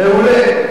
מעולה.